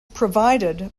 provided